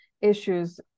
issues